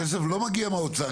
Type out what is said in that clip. הכסף לא מגיע מהאוצר,